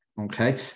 okay